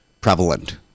prevalent